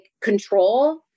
control